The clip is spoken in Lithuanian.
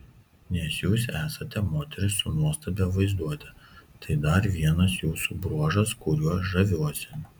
nes jūs esate moteris su nuostabia vaizduote tai dar vienas jūsų bruožas kuriuo žaviuosi